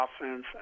offense